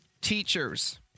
Teachers